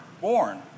born